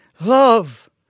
love